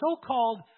so-called